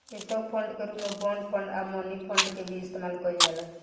stock fund के रूप में बॉन्ड फंड आ मनी फंड के भी इस्तमाल कईल जाला